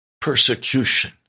persecution